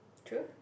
true